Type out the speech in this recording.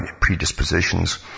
predispositions